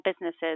businesses